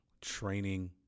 training